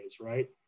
right